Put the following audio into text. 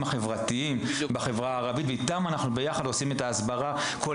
החברתיים בחברה הערבית ואיתם ביחד אנחנו עושים את ההסברה,